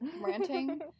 ranting